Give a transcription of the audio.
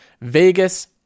Vegas